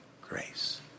grace